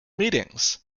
meetings